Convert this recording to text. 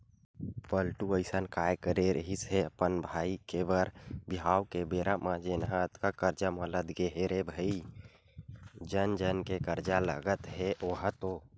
पलटू अइसन काय करे रिहिस हे अपन भाई के बर बिहाव बेरा म जेनहा अतका करजा म लद गे हे रे भई जन जन के करजा लगत हे ओहा तो